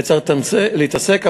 וצריך להתעסק,